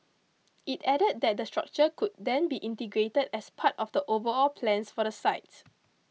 it added that the structure could then be integrated as part of the overall plans for the sites